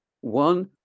One